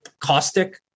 caustic